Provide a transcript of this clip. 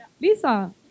Lisa